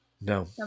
No